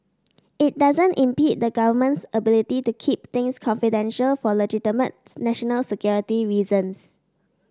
it doesn't impede the Government's ability to keep things confidential for legitimate national security reasons